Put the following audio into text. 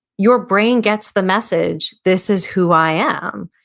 your brain gets the message, this is who i am.